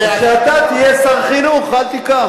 אז כשאתה תהיה שר חינוך, אל תיקח.